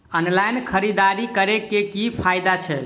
Online खरीददारी करै केँ की फायदा छै?